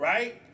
Right